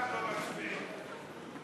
לא מצביעים.